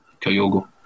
Kyogo